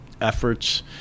efforts